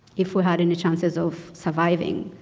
if we had any chances of surviving.